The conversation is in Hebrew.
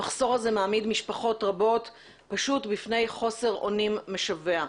המחסור הזה מעמיד משפחות רבות בפני חוסר אונים משווע.